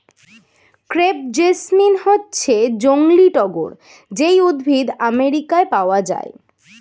crepe jasmine হচ্ছে জংলী টগর যেই উদ্ভিদ আমেরিকায় পাওয়া যায়